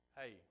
hey